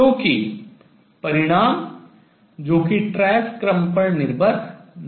क्योंकि परिणाम जो कि trace ट्रेस क्रम पर निर्भर नहीं करता है